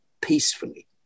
peacefully